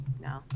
No